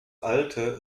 alte